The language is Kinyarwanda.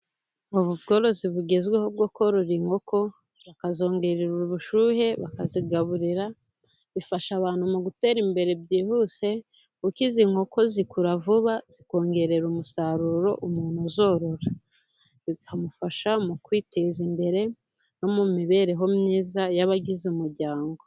Ubu ubworozi bugezweho bwo korora inkoko, bakazongerera ubushyuhe, bakazigaburira, bifasha abantu mu gutera imbere byihuse ikiza k'izi nkoko zikura vuba, zikongerera umusaruro umuntu uzorora. Bikamufasha mu kwiteza imbere no mu mibereho myiza y'abagize umuryango.